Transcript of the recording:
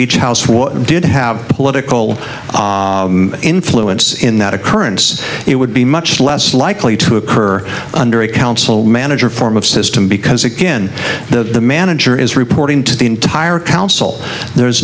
beach house was did have political influence in that occurrence it would be much less likely to occur under a council manager form of system because again the manager is reporting to the entire council there